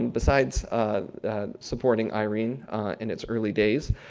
and besides supporting irene in its early days.